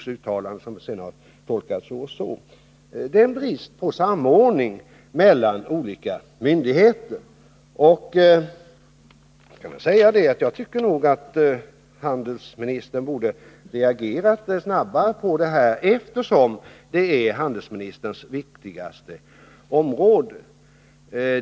Det visar att det finns en brist på samordning mellan olika myndigheter. Jag tycker att handelsministern borde ha reagerat snabbare på detta, eftersom det är fråga om handelsministerns viktigaste område.